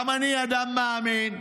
גם אני אדם מאמין.